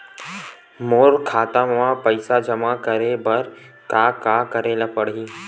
मोर खाता म पईसा जमा करे बर का का करे ल पड़हि?